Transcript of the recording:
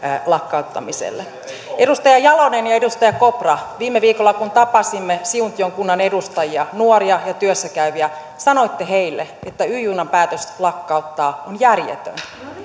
lakkauttamiselle edustaja jalonen ja edustaja kopra viime viikolla kun tapasimme siuntion kunnan edustajia nuoria ja työssä käyviä sanoitte heille että päätös lakkauttaa y juna on järjetön